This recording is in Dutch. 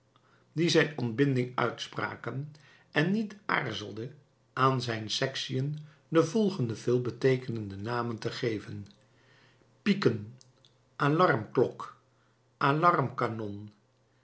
die zijn ontbinding uitspraken en niet aarzelde aan zijn sectiën de volgende veelbeteekenenden namen te geven pieken alarmklok alarmkanon